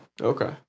Okay